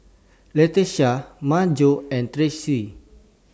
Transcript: Latesha Maryjo and Tressie